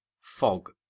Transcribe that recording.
Fog